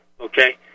okay